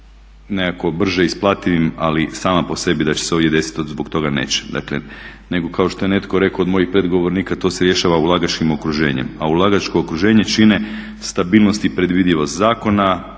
nekako brže isplativim ali sama po sebi da će se ovdje desiti, zbog toga neće. Dakle, nego kao što je netko rekao od mojih predgovornika to se rješava ulagačkim okruženjem. A ulagačko okruženje čine stabilnost i predvidivost zakona,